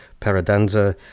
paradanza